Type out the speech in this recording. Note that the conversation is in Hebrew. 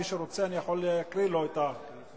מי שרוצה, אני יכול להקריא לו את, אני מוותר.